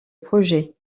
projet